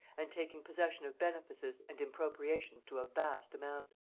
and taking possession of benefices and impropriations to a vast amount.